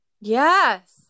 yes